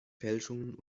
fälschungen